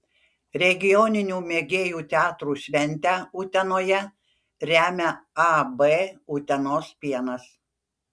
regioninių mėgėjų teatrų šventę utenoje remia ab utenos pienas